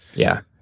yeah,